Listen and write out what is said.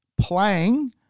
playing